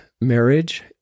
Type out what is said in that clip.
marriage